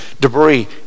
debris